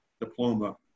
diploma